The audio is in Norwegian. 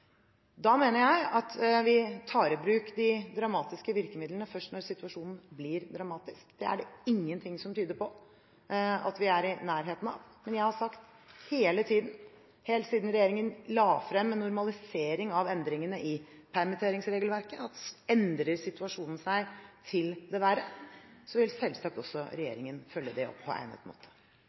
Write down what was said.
Da mener jeg at vi tar i bruk de dramatiske virkemidlene først når situasjonen blir dramatisk, og det er det ingenting som tyder på at vi er i nærheten av. Men jeg har sagt hele tiden, helt siden regjeringen la frem en normalisering av endringene i permitteringsregelverket, at endrer situasjonen seg til det verre, vil selvsagt også regjeringen følge det opp på egnet måte.